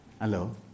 Hello